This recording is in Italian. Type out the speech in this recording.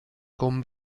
con